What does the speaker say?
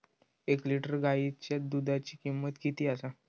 एक लिटर गायीच्या दुधाची किमंत किती आसा?